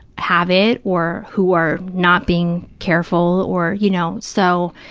have it or who are not being careful or, you know, so,